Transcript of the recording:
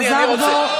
חזר בו.